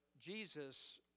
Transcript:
Jesus